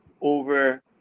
over